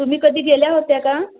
तुम्ही कधी गेल्या होत्या का